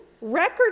Record